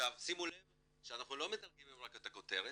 שימו לב שאנחנו לא מתרגמים רק את הכותרת,